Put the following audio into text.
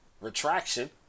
retraction